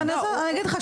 אגיד לך,